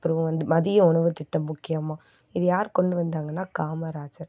அப்புறம் வந்து மதிய உணவுத்திட்டம் முக்கியமக இது யார் கொண்டு வந்தாங்கன்னா காமராஜர்